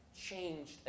changed